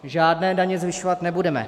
Žádné daně zvyšovat nebudeme.